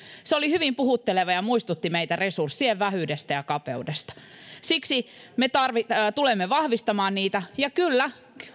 se oli hyvin puhutteleva ja muistutti meitä resurssien vähyydestä ja kapeudesta siksi me tulemme vahvistamaan niitä ja kyllä